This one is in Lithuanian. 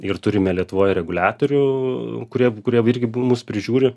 ir turime lietuvoj reguliatorių kurie kurie irgi mus prižiūri